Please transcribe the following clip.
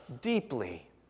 deeply